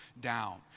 down